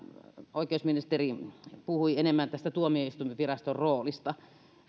oikeusministeri puhui enemmän tästä tuomioistuinviraston roolista